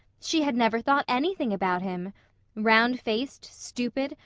she had never thought anything about him round-faced, stupid,